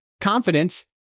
confidence